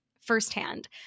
firsthand